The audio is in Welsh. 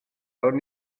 awn